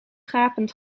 gapend